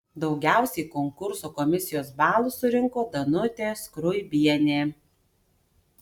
daugiausiai konkurso komisijos balų surinko danutė skruibienė